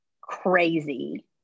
crazy